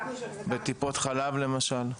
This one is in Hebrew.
בטיפות חלב למשל.